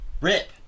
rip